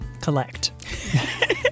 Collect